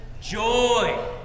joy